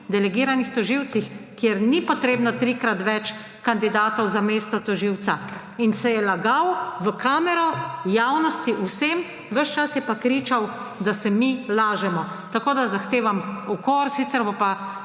delegiranih tožilcih, kjer ni potrebno trikrat več kandidatov za mesto tožilca. In se je lagal v kamero, javnosti, vsem, ves čas je pa kričal, da se mi lažemo. Tako da zahtevam ukor, sicer bo pa